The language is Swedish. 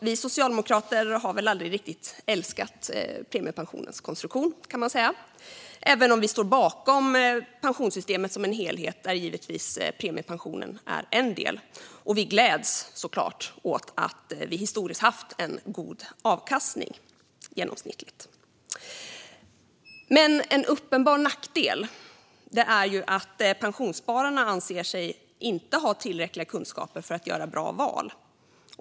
Vi socialdemokrater har aldrig riktigt älskat premiepensionens konstruktion. Vi står dock bakom pensionssystemet som en helhet där premiepensionen ingår, och vi gläds givetvis åt att den historiskt sett gett en god genomsnittlig avkastning. Men en uppenbar nackdel är att pensionsspararna anser sig inte ha tillräckliga kunskaper för att göra bra val.